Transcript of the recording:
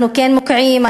אנחנו כן מוקיעים.